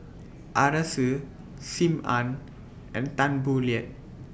Arasu SIM Ann and Tan Boo Liat